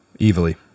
Evilly